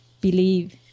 Believe